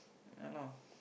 ya lah